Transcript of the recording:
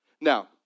Now